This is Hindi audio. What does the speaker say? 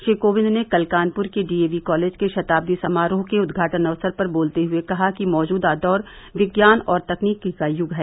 श्री कोविंद ने कल कानपुर के डीएवी कॉलेज के शताब्दी समारोह के उद्घाटन अवसर पर बोलते हुए कहा कि मौजूदा दौर विज्ञान और तकनीकी का युग है